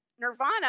Nirvana